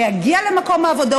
להגיע למקום העבודה,